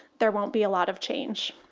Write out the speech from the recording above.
there won't be a lot of change.